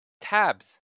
tabs